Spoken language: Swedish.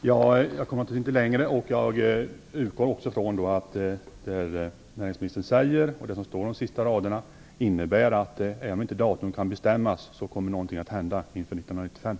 Fru talman! Jag utgår ifrån att det som näringsministern säger i slutet av svaret innebär att någonting kommer att hända inför 1995, även om datum inte kan bestämmas.